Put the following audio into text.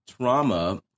trauma